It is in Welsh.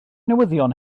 newyddion